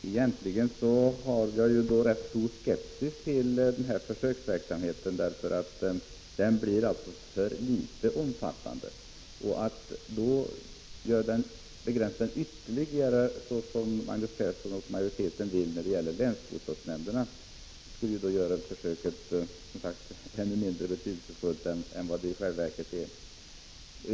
Fru talman! Egentligen har jag rätt stor skepsis mot denna försöksverksamhet, eftersom den inte blir tillräckligt omfattande. Att då begränsa den ytterligare, som Magnus Persson och utskottsmajoriteten vill när det gäller länsbostadsnämnderna, skulle göra försöket mindre betydelsefullt än vad det i själva verket är.